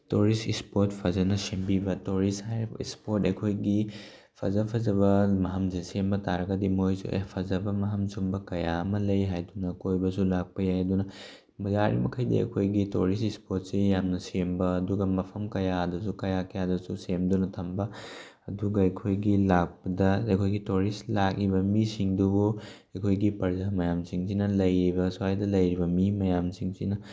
tourist spot ꯐꯖꯅ ꯁꯦꯝꯕꯤꯕ tourist ꯍꯥꯏꯔꯤꯕ ꯏꯁꯄꯣꯠ ꯑꯩꯈꯣꯏꯒꯤ ꯐꯖ ꯐꯖꯕ ꯃꯐꯝꯁꯦ ꯁꯦꯝꯕ ꯇꯥꯔꯒꯗꯤ ꯃꯈꯣꯏꯁꯨ ꯑꯦ ꯐꯖꯕ ꯃꯐꯝ ꯁꯨꯝꯕ ꯀꯌꯥ ꯑꯃ ꯂꯩ ꯍꯥꯏꯗꯨꯅ ꯀꯣꯏꯕꯁꯨ ꯂꯥꯛꯄ ꯌꯥꯏ ꯑꯗꯨꯅ ꯌꯥꯔꯤꯕ ꯃꯈꯩꯗꯤ ꯑꯩꯈꯣꯏꯒꯤ ꯇꯣꯔꯤꯁ ꯏꯁꯄꯣꯠꯁꯦ ꯌꯥꯝꯅ ꯁꯦꯝꯕ ꯑꯗꯨꯒ ꯃꯐꯝ ꯀꯌꯥꯗꯁꯨ ꯀꯌꯥ ꯀꯌꯥꯗꯁꯨ ꯁꯦꯝꯗꯨꯅ ꯊꯝꯕ ꯑꯗꯨꯒ ꯑꯩꯈꯣꯏꯒꯤ ꯂꯥꯛꯄꯗ ꯑꯩꯈꯣꯏꯒꯤ ꯇꯣꯔꯤꯁ ꯂꯥꯛꯏꯕ ꯃꯤꯁꯤꯡꯗꯨꯕꯨ ꯑꯩꯈꯣꯏꯒꯤ ꯄ꯭ꯔꯖꯥ ꯃꯌꯥꯝꯁꯤꯡꯁꯤꯅ ꯂꯩꯔꯤꯕ ꯁ꯭ꯋꯥꯏꯗ ꯂꯩꯔꯤꯕ ꯃꯤ ꯃꯌꯥꯝꯁꯤꯡꯁꯤꯅ